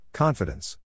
Confidence